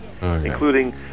including